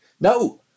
No